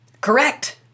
correct